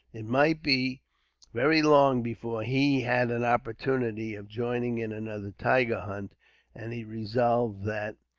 it might be very long before he had an opportunity of joining in another tiger hunt and he resolved that,